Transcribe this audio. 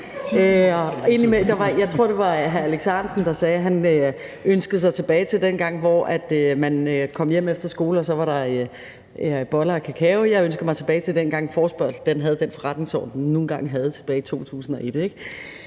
Jeg tror, at det var hr. Alex Ahrendtsen, der sagde, at han ønskede sig tilbage til dengang, hvor man kom hjem efter skole, og så var der boller og kakao. Jeg ønsker mig tilbage til dengang, hvor en forespørgsel fulgte den forretningsorden, den nu engang gjorde tilbage i 2001,